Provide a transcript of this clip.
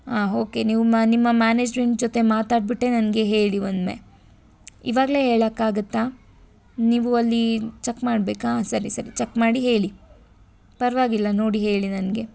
ಹಾಂ ಹೊಕೆ ನೀವು ಮ ನಿಮ್ಮ ಮ್ಯಾನೆಜ್ಮೆಂಟ್ ಜೊತೆ ಮಾತಾಡಿಬಿಟ್ಟೆ ನನಗೆ ಹೇಳಿ ಒಮ್ಮೆ ಇವಾಗ್ಲೇ ಹೇಳೋಕ್ಕಾಗುತ್ತ ನೀವು ಅಲ್ಲಿ ಚೆಕ್ ಮಾಡಬೇಕಾ ಹಾಂ ಸರಿ ಸರಿ ಚೆಕ್ ಮಾಡಿ ಹೇಳಿ ಪರವಾಗಿಲ್ಲ ನೋಡಿ ಹೇಳಿ ನನಗೆ